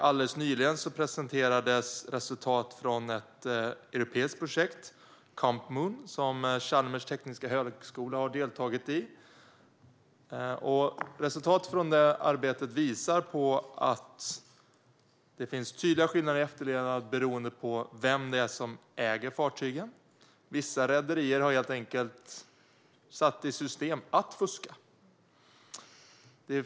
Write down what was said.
Alldeles nyligen presenterades resultat från ett europeiskt projekt, Compmon, som Chalmers tekniska högskola har deltagit i. Resultatet av det arbetet visar att det finns tydliga skillnader i efterlevnad beroende på vem det är som äger fartygen. Vissa rederier har helt enkelt satt i system att fuska.